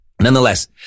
Nonetheless